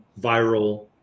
viral